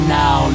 now